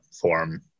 form